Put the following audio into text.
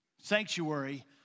sanctuary